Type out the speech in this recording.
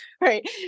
right